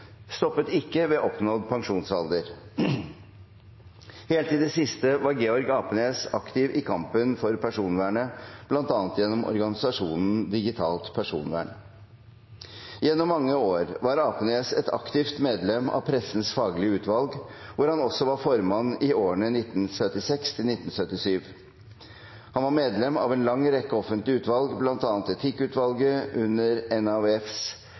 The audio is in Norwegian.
stoppet ikke ved oppnådd pensjonsalder. Helt til det siste var Georg Apenes aktiv i kampen for personvernet, bl.a. gjennom organisasjonen Digitalt Personvern. Gjennom mange år var Apenes et aktivt medlem av Pressens faglige utvalg, hvor han også var formann i årene 1976–1977. Han var medlem av en lang rekke offentlige utvalg, bl.a. etikkutvalget under